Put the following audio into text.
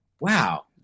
Wow